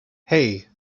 hey